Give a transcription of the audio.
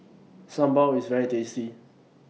Sambal IS very tasty